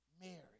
Mary